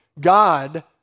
God